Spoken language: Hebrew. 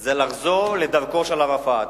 זה לחזור לדרכו של ערפאת.